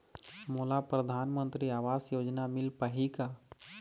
मोला परधानमंतरी आवास योजना मिल पाही का?